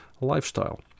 lifestyle